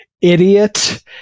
idiot